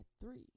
three